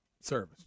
service